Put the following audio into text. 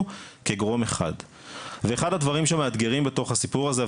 כגורם אחד ואחד הדברים שמאתגרים בתוך הסיפור הזה,